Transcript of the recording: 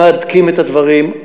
מהדקים את הדברים.